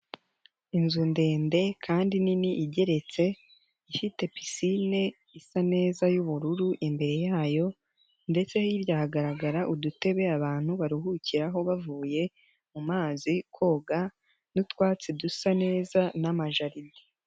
Inzu ndende kandi nini igeretse, ifite pisine isa neza y'ubururu imbere yayo ndetse hirya hagaragara udutebe abantu baruhukiraho bavuye mu mazi koga, n'utwatsi dusa neza n'amajaride.